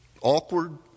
Awkward